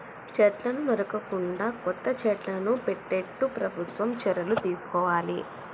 చెట్లను నరకకుండా కొత్త చెట్లను పెట్టేట్టు ప్రభుత్వం చర్యలు తీసుకోవాలి